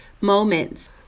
moments